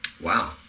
Wow